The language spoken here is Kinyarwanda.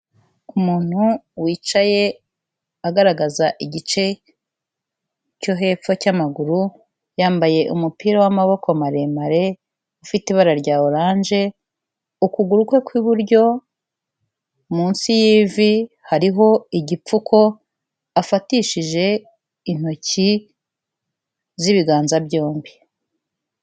Umuntu wicaye agaragaza igice cyo hepfo cy'amaguru, yambaye umupira w'amaboko maremare, ufite ibara rya oranje, ukuguru kwe kw'iburyo, munsi y'ivi, hariho igipfuko afatishije intoki z'ibiganza byombi.